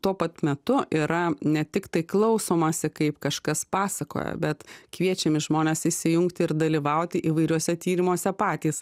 tuo pat metu yra ne tiktai klausomasi kaip kažkas pasakojo bet kviečiami žmonės įsijungti ir dalyvauti įvairiuose tyrimuose patys